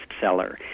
bestseller